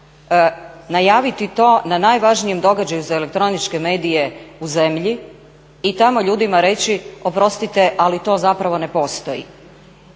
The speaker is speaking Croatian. najaviti to na najvažnijem događaju za elektroničke medije u zemlji i tamo ljudima reći oprostiti ali to zapravo ne postoji